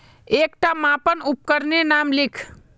एकटा मापन उपकरनेर नाम लिख?